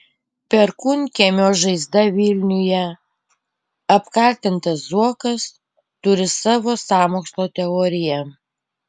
perkūnkiemio žaizda vilniuje apkaltintas zuokas turi savo sąmokslo teoriją